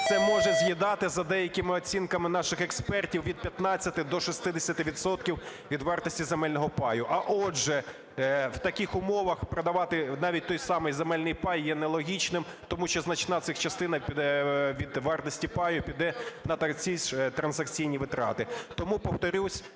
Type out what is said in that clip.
Це може з'їдати, за деякими оцінками наших експертів, від 15 до 60 відсотків від вартості земельного паю. А, отже, в таких умовах продавати навіть той самий земельний пай є нелогічним, тому що значна частина від вартості паю піде на трансакційні витрати. Тому, повторюсь,